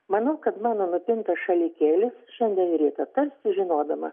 manau kad mano nupintas šalikėlis šiandien ryto tarsi žinodama